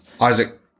isaac